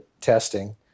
testing